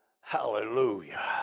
hallelujah